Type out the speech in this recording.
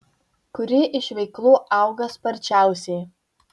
kuri iš veiklų auga sparčiausiai